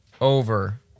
over